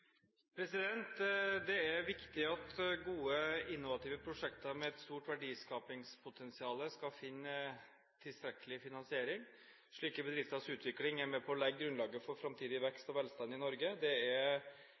Det er viktig at gode innovative prosjekter med et stort verdiskapingspotensial skal finne tilstrekkelig finansiering. Slike bedrifters utvikling er med på å legge grunnlaget for framtidig vekst og velstand i Norge. Det er